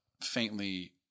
faintly